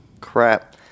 crap